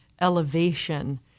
elevation